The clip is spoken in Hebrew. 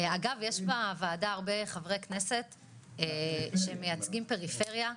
אגב יש בוועדה הרבה חברי כנסת שמייצגים פריפריה,